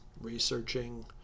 researching